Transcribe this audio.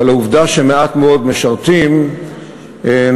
אבל העובדה שמעט מאוד משרתים נובעת,